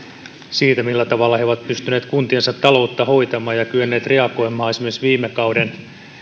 siitä millä tavalla he ovat pystyneet kuntiensa taloutta hoitamaan ja kyenneet reagoimaan esimerkiksi viime kauden